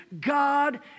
God